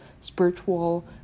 spiritual